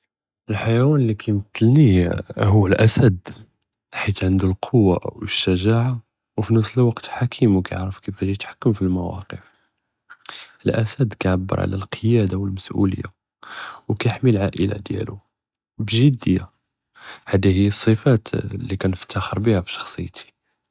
אלחיאוון לי קימתאלני הוא אלאסד, חית ענדו אלכּוואה ואלשג'עה, ופין נאפס אלזמן חכּים וקיארעף כיפאה יתהכּם פלמוואקף, אלאסד קיעבר על אלקיאדה ואלמס'וליה וקיהמי אלעאילה דיאלו בּג'דיה, האדי היא אלסיפאת אללי קנפתכר ביהא בּשחסיתי.